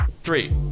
Three